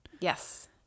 Yes